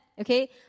okay